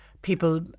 people